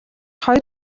хоёр